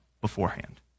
beforehand